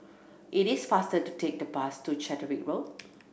it is faster to take the bus to Catterick Road